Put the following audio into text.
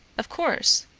of course.